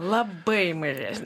labai mažesnį